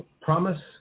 promise